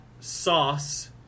Sauce